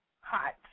Hot